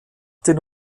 den